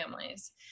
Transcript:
families